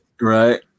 Right